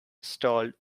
stalled